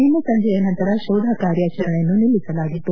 ನಿನ್ನೆ ಸಂಜೆಯ ನಂತರ ಶೋಧ ಕಾರ್ಯಾಚರಣೆಯನ್ನು ನಿಲ್ಲಿಸಲಾಗಿತ್ತು